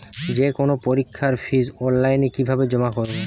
যে কোনো পরীক্ষার ফিস অনলাইনে কিভাবে জমা করব?